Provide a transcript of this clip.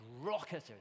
rocketed